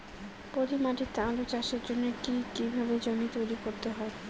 পলি মাটি তে আলু চাষের জন্যে কি কিভাবে জমি তৈরি করতে হয়?